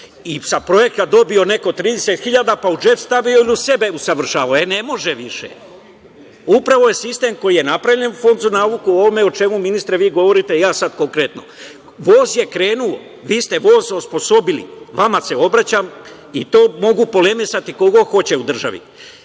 za projekat dobio, neko 30.000, pa u džep stavio ili sebe usavršavao. Ne može više. Upravo je sistem koji je napravljen, fond za nauku o ovome o čemu vi, gospodine ministre govorite, a ja sad konkretno. Voz je krenuo. Vi ste voz osposobili. Vama se obraćam i to može polemisati ko god hoće u državi.